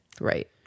Right